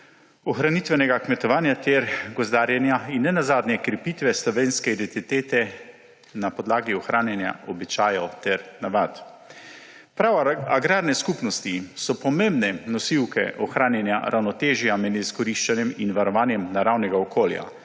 ohranitvenega kmetovanja ter gozdarjenja in nenazadnje krepitve slovenske identitete na podlagi ohranjanja običajev ter navad. Prav agrarne skupnosti so pomembne nosilke ohranjanja ravnotežja med izkoriščanjem in varovanjem naravnega okolja,